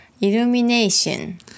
illumination